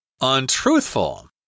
Untruthful